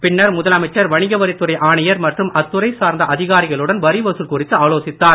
பின்னர் முதலமைச்சர் வணிகவரித் துறை ஆணையர் மற்றும் அத்துறை சார்ந்த அதிகாரிகளுடன் வரிவசூல் குறித்து ஆலோசித்தார்